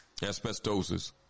asbestosis